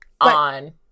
on